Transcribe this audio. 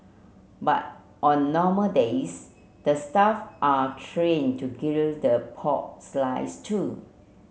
but on normal days the staff are trained to grill the pork slices too